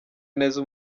neza